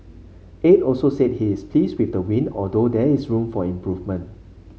Aide also said he is pleased with the win although there is room for improvement